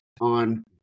on